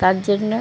তার জন্য